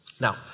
Now